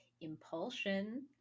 impulsion